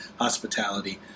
hospitality